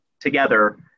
together